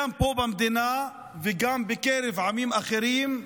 גם פה במדינה, וגם בקרב עמים אחרים,